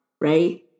Right